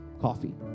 coffee